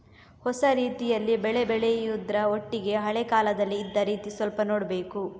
ಹೊಸ ರೀತಿಯಲ್ಲಿ ಬೆಳೆ ಬೆಳೆಯುದ್ರ ಒಟ್ಟಿಗೆ ಹಳೆ ಕಾಲದಲ್ಲಿ ಇದ್ದ ರೀತಿ ಸ್ವಲ್ಪ ನೋಡ್ಬೇಕು